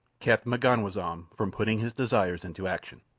kept m'ganwazam from putting his desires into action.